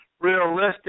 realistic